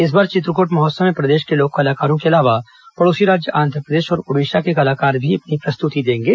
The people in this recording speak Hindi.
इस बार चित्रकोट महोत्सव में प्रदेश के लोक कलाकारों के अलावा पड़ोसी राज्य आन्ध्रप्रदेश और ओडिशा के कलाकार भी अपनी प्रस्तुति देंगे